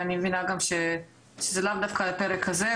אני מבינה שזה לאו דווקא הפרק הזה,